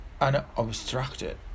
unobstructed